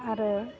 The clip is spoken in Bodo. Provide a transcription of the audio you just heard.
आरो